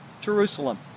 Jerusalem